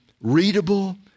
readable